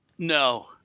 No